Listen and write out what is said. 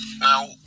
Now